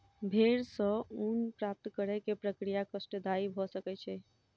भेड़ सॅ ऊन प्राप्त करै के प्रक्रिया कष्टदायी भ सकै छै